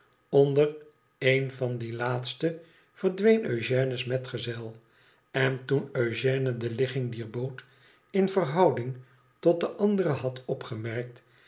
onder een van die laatste verdween eugène's metgezel n toen eugène de ligging dier boot in verhouding tot de andere had opgemerkt